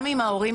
גם אם ההורים,